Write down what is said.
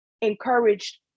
encouraged